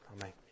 Amen